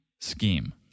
scheme